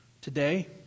today